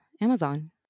Amazon